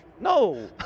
No